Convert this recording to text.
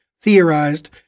theorized